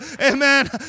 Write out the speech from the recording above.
Amen